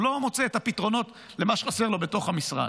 לא מוצא את הפתרונות למה שחסר לו בתוך המשרד.